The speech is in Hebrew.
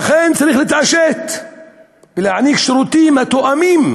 לכן צריך להתעשת ולהעניק שירותים התואמים